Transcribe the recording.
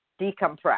decompress